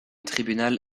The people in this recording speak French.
tribunal